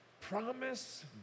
promise